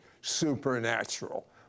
supernatural